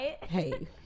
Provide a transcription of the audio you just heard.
hey